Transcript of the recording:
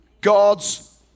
God's